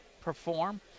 perform